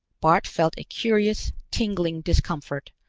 bart felt a curious, tingling discomfort,